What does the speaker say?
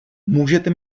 můžete